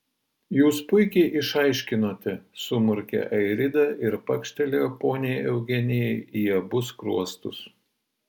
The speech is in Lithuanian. jūs puikiai išaiškinote sumurkė airida ir pakštelėjo poniai eugenijai į abu skruostus